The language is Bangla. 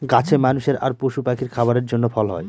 গাছে মানুষের আর পশু পাখির খাবারের জন্য ফল হয়